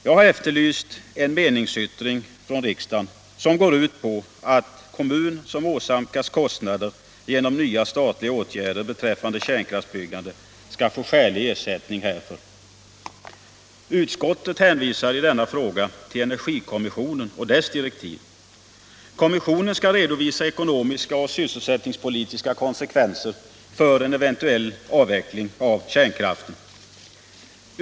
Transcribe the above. Jag har efterlyst en meningsyttring från riksdagen som går ut på att kommun som åsamkas kostnader genom nya statliga åtgärder beträffande kärnkraftsbyggande skall få skälig ersättning härför. Utskottet hänvisar i denna fråga till energikommissionen och dess direktiv. Kommissionen skall redovisa ekonomiska och sysselsättningspolitiska konsekvenser av en eventuell avveckling av kärnkraften.